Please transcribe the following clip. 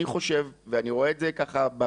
אני חושב ואני רואה את זה גם בפניות,